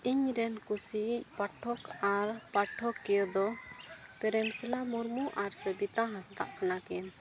ᱤᱧᱨᱮᱱ ᱠᱩᱥᱤᱭᱤᱡ ᱯᱟᱴᱷᱚᱠ ᱟᱨ ᱯᱟᱴᱷᱚᱠᱤᱭᱟᱹ ᱫᱚ ᱯᱨᱮᱢᱥᱤᱞᱟ ᱢᱩᱨᱢᱩ ᱟᱨ ᱥᱩᱵᱤᱛᱟ ᱦᱟᱸᱥᱫᱟᱜ ᱠᱟᱱᱟ ᱠᱤᱱ